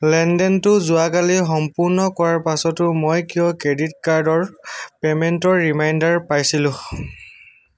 লেনদেনটো যোৱাকালি সম্পূৰ্ণ কৰাৰ পাছতো মই কিয় ক্ৰেডিট কাৰ্ডৰ পে'মেণ্টৰ ৰিমাইণ্ডাৰ পাইছিলো